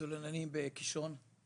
למשל הצוללנים בקישון,